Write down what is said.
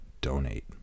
donate